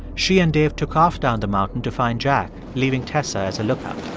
she and dave took off down the mountain to find jack, leaving tessa as a lookout